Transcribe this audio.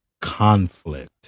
conflict